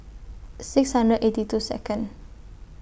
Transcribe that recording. six hundred eighty two Second